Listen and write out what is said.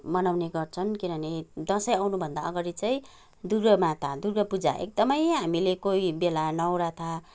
मनाउने गर्छन् किनभने दसैँ आउनुभन्दा अगाडि चाहिँ दुर्गा माता दुर्गा पूजा एकदमै हामीले कोहीबेला नवरथा